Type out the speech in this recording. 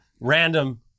random